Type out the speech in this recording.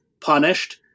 punished